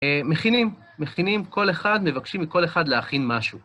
מכינים, מכינים, כל אחד, מבקשים מכל אחד להכין משהו.